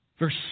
Verse